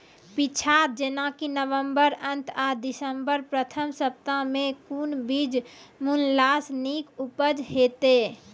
पीछात जेनाकि नवम्बर अंत आ दिसम्बर प्रथम सप्ताह मे कून बीज बुनलास नीक उपज हेते?